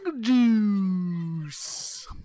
Juice